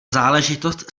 záležitost